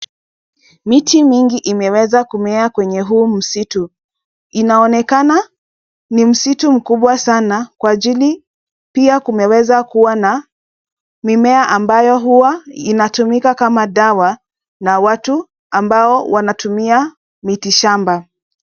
Miti mingi imeweza kumea kwenye huu msitu. Inaonekana ni msitu mkubwa sana kwa ajili , pia kumeweza kuwa na mimea ambayo huwa inatumika kama dawa na watu ambao wanatumia miti shamba.